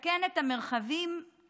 כדי לתקן את המרחבים העיוורים,